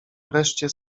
wreszcie